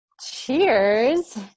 cheers